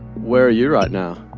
where are you right now?